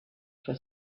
for